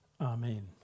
Amen